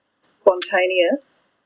spontaneous